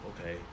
okay